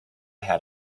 had